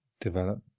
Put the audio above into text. develop